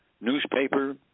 newspaper